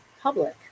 public